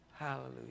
Hallelujah